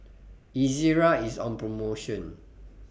Ezerra IS on promotion